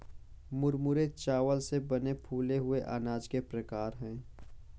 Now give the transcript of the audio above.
मुरमुरे चावल से बने फूले हुए अनाज के प्रकार है